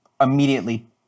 immediately